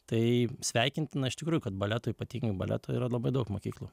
tai sveikintina iš tikrųjų kad baleto ypatingai baleto yra labai daug mokyklų